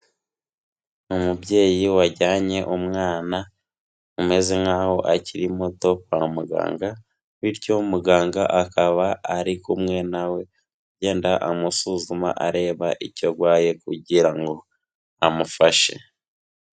Umubyeyi wajyanye umwana umeze nk'aho akiri muto kwa muganga bityo muganga akaba ari kumwe na we, agenda amusuzuma areba icyo arwaye kugira ngo amufashe.